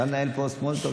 אדוני היושב-ראש,